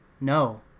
No